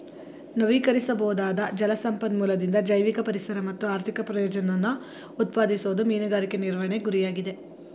ನವೀಕರಿಸಬೊದಾದ ಜಲ ಸಂಪನ್ಮೂಲದಿಂದ ಜೈವಿಕ ಪರಿಸರ ಮತ್ತು ಆರ್ಥಿಕ ಪ್ರಯೋಜನನ ಉತ್ಪಾದಿಸೋದು ಮೀನುಗಾರಿಕೆ ನಿರ್ವಹಣೆ ಗುರಿಯಾಗಿದೆ